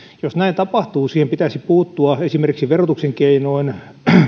jos näin tapahtuu siihen pitäisi puuttua esimerkiksi verotuksen keinoin